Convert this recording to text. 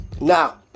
Now